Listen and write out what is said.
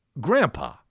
grandpa